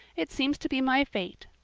it seems to be my fate.